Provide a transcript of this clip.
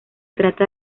trata